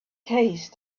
case